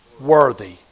worthy